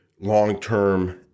long-term